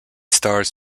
stars